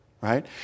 right